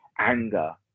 anger